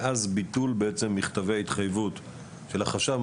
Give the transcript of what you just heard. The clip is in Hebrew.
מאז ביטול מכתבי ההתחייבות של החשב.